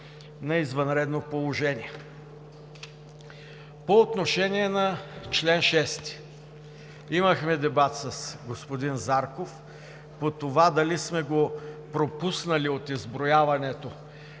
на извънредното положение. По отношение на чл. 6 имахме дебат с господин Зарков по това дали сме го пропуснали от изброяването